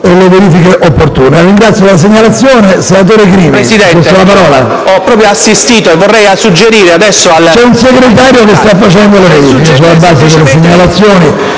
Grazie